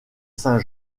saint